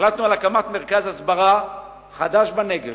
החלטנו על מרכז הסברה חדש בנגב,